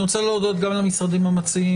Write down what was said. אני רוצה להודות גם למשרדים המציעים